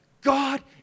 God